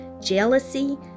jealousy